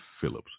Phillips